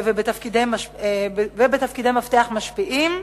ובתפקידי מפתח משפיעים.